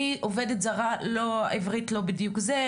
ואני עובדת זרה שלא מבינה עברית ואנגלית,